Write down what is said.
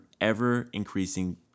ever-increasing